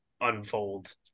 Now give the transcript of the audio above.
unfold